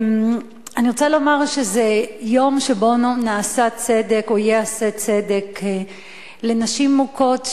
אני רוצה לומר שזה יום שבו נעשה צדק או ייעשה צדק לנשים מוכות,